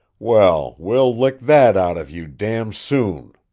well, we'll lick that out of you, dam' soon!